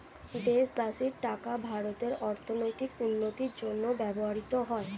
দেশবাসীর টাকা ভারতের অর্থনৈতিক উন্নতির জন্য ব্যবহৃত হয়